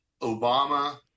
Obama